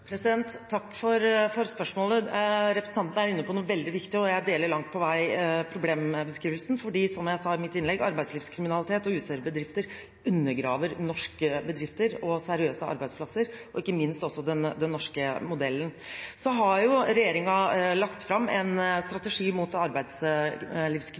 Takk for spørsmålet. Representanten er inne på noe veldig viktig, og jeg deler langt på vei problembeskrivelsen, for, som jeg sa i mitt innlegg, arbeidslivskriminalitet og useriøse bedrifter undergraver norske bedrifter og seriøse arbeidsplasser, og ikke minst også den norske modellen. Regjeringen la i 2015, sammen med partene i arbeidslivet, fram en